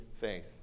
faith